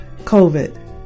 COVID